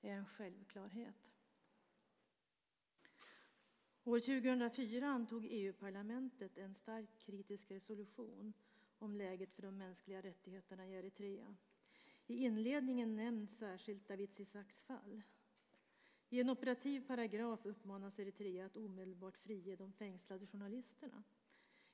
År 2004 antog EU-parlamentet en starkt kritisk resolution om läget för de mänskliga rättigheterna i Eritrea. I inledningen nämns särskilt Dawit Isaaks fall. I en operativ paragraf uppmanas Eritrea att omedelbart frige de fängslade journalisterna.